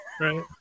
Right